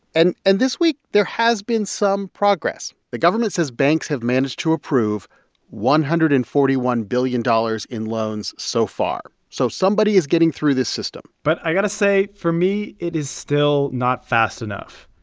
and and this week, there has been some progress. the government says banks have managed to approve one hundred and forty one billion dollars in loans so far. so somebody is getting through this system but i got to say, for me, it is still not fast enough.